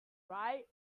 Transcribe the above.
right